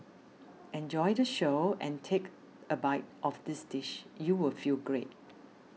enjoy the show and take a bite of this dish you will feel great